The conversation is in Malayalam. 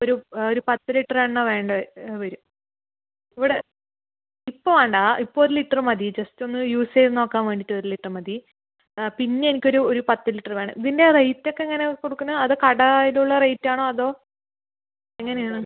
ഒരു ഒര് പത്ത് ലിറ്റർ എണ്ണ വേണ്ട വരും ഇവിടെ ഇപ്പം വേണ്ട ഇപ്പം ഒര് ലിറ്ററ് മതി ജസ്റ്റ് ഒന്ന് യൂസ് ചെയ്ത് നോക്കാൻ വേണ്ടിയിട്ട് ഒര് ലിറ്ററ് മതി പിന്നെ എനിക്ക് ഒരു ഒരു പത്ത് ലിറ്ററ് വേണം ഇതിൻ്റ റേറ്റ് ഒക്കെ എങ്ങനെയാണ് കൊടുക്കുന്നത് അത് കടം ആയിട്ട് ഉള്ള റേറ്റ് ആണോ അതോ എങ്ങനെ ആണ്